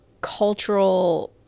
cultural